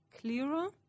clearer